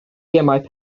gemau